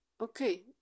okay